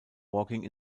walking